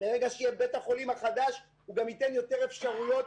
ברגע שיהיה בית החולים החדש הוא ייתן אפשרויות